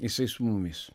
jisai su mumis